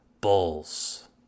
bulls